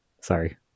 sorry